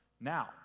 Now